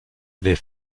les